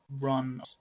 run